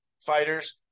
fighters